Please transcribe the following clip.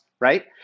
right